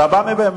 אתה בא מבחוץ,